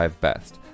best